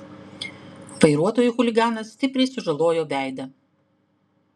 vairuotojui chuliganas stipriai sužalojo veidą